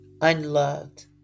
unloved